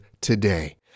today